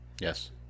Yes